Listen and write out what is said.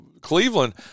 Cleveland